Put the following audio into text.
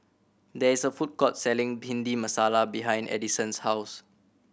there is a food court selling Bhindi Masala behind Edison's house